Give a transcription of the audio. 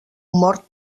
mort